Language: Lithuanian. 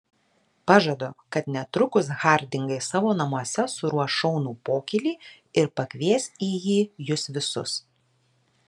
pažadu kad netrukus hardingai savo namuose suruoš šaunų pokylį ir pakvies į jį jus visus